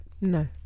No